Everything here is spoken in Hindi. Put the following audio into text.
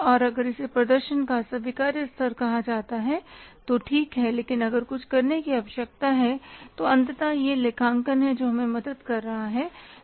और अगर इसे प्रदर्शन का स्वीकार्य स्तर कहा जाता है तो ठीक है लेकिन अगर कुछ करने की आवश्यकता है तो अंततः यह लेखांकन है जो हमें मदद कर रहा है